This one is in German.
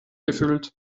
gefüllt